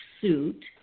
suit